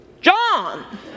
John